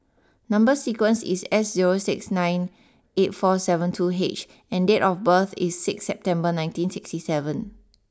number sequence is S zero six nine eight four seven two H and date of birth is six September nineteen sixty seven